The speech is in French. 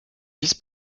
vice